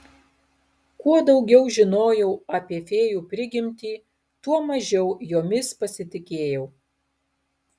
kuo daugiau žinojau apie fėjų prigimtį tuo mažiau jomis pasitikėjau